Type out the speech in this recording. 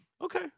Okay